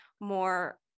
more